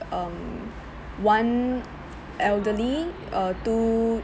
um one elderly uh two